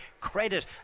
Credit